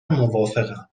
موافقم